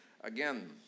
again